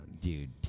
Dude